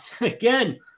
again